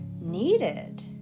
needed